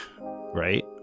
right